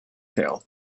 tale